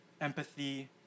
empathy